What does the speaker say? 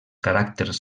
caràcters